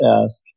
ask